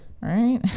right